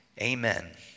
Amen